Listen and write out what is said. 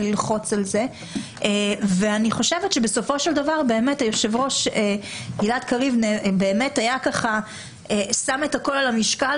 אני חושבת שבסופו של דבר באמת היושב ראש גלעד קריב שם את הכול על המשקל